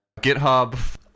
GitHub